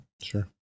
Sure